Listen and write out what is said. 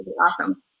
awesome